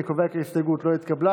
אני קובע כי ההסתייגות לא התקבלה.